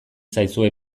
zaizue